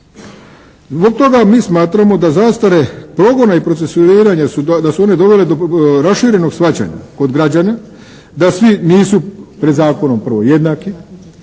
Zbog toga mi smatramo da zastare progona i procesuiranja, da su one dovele do raširenog shvaćanja kod građana, da svi nisu pred zakonom prvo jednaki.